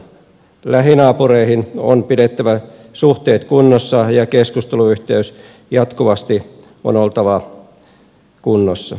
lähinaapureihin on pidettävä suhteet kunnossa ja keskusteluyhteyden on jatkuvasti oltava kunnossa